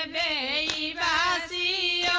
a a a a